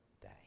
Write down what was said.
day